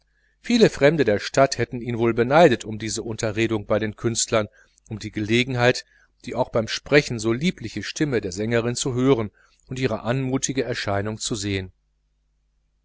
viele fremde der stadt hätten ihn wohl beneidet um diese audienz bei der künstlerin um die gelegenheit die auch beim sprechen so liebliche stimme der sängerin zu hören und ihre anmutige erscheinung zu sehen